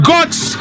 God's